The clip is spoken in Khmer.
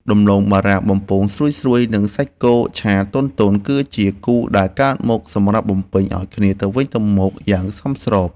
ដំឡូងបារាំងបំពងស្រួយៗនិងសាច់គោឆាទន់ៗគឺជាគូដែលកើតមកសម្រាប់បំពេញឱ្យគ្នាទៅវិញទៅមកយ៉ាងសមស្រប។